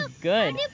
good